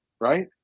right